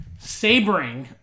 sabering